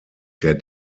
der